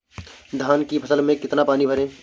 धान की फसल में कितना पानी भरें?